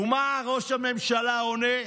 ומה ראש הממשלה עונה?